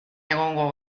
egongo